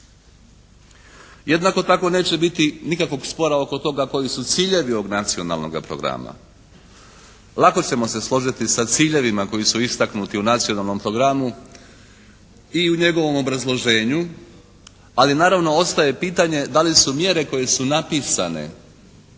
Jednako tako neće biti nikakvog spora oko toga koji su ciljevi ovog Nacionalnoga programa. Lako ćemo se složiti sa ciljevima koji su istaknuti u Nacionalnom programu i u njegovom obrazloženju, ali naravno ostaje pitanje da li su mjere koje su napisane